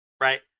Right